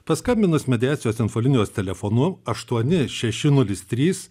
paskambinus mediacijos infolinijos telefonu aštuoni šeši nulis trys